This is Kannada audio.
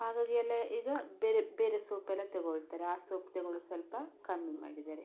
ಹಾಗಾಗಿ ಎಲ್ಲ ಈಗ ಬೇರೆ ಬೇರೆ ಸೋಪ್ ಎಲ್ಲ ತೆಗೊಳ್ತಾರೆ ಆ ಸೋಪ್ ತೆಗೊಳ್ಳುದು ಸ್ವಲ್ಪ ಕಮ್ಮಿ ಮಾಡಿದಾರೆ